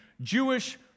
Jewish